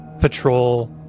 patrol